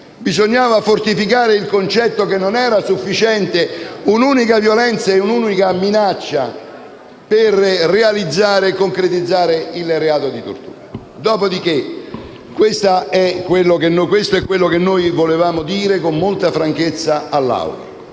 bisognava fortificare il concetto che non erano sufficienti un'unica violenza e un'unica minaccia per realizzare e concretizzare il reato di tortura. Dopodiché, questo è quanto volevamo dire con molta franchezza all'Assemblea: